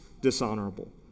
dishonorable